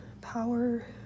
power